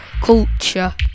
Culture